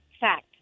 Fact